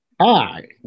hi